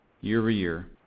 year-over-year